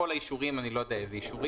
כל האישורים, אני לא יודע איזה אישורים